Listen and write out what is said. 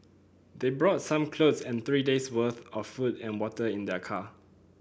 they brought some clothes and three days' worth of food and water in their car